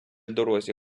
дорозі